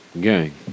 Gang